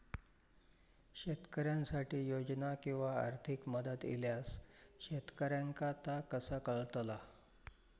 शेतकऱ्यांसाठी योजना किंवा आर्थिक मदत इल्यास शेतकऱ्यांका ता कसा कळतला?